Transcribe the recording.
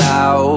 Now